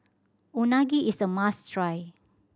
unagi is a must try